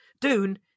Dune